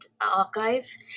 archive